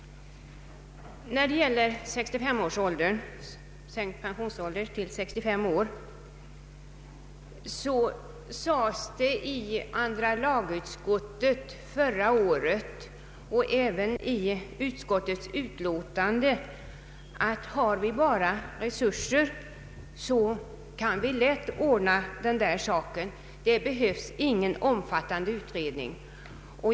När det gäller sänkt pensionsålder till 65 år sades det i andra lagutskottet förra året och även i utskottets utlåtande att har vi bara resurser så kan vi lätt ordna den här saken utan omfattande utredning.